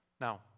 Now